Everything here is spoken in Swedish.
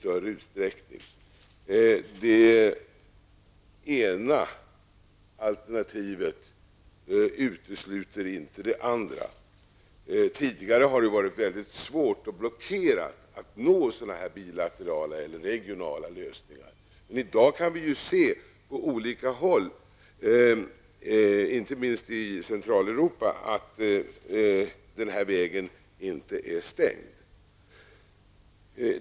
Det ena alternativet utesluter inte det andra. Det har tidigare varit mycket svårt och blockerat när det gällt att nå sådana bilaterala eller regionala lösningar. I dag kan vi på olika håll se, inte minst i Centraleuropa, att denna väg inte är stängd.